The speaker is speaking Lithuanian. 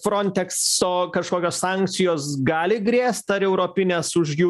frontekso kažkokios sankcijos gali grėst ar europines už jų